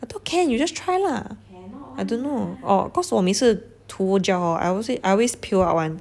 I thought can you just try lah I don't know orh cause 我每次涂 gel hor I always peel out [one]